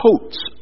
coats